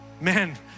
Man